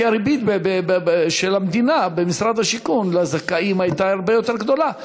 כי הריבית של המדינה לזכאים במשרד השיכון הייתה הרבה יותר גדולה,